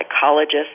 psychologist